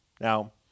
Now